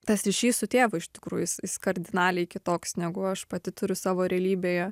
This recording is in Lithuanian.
tas ryšys su tėvu iš tikrųjų jis jis kardinaliai kitoks negu aš pati turi savo realybėje